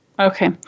Okay